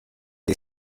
des